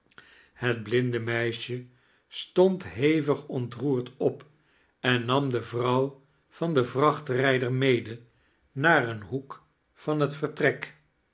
het blinde meisje stond hevig ontroerd op en nam de vrouw van den vrachtrijder mede naar een hoek van het vertrek